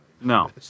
no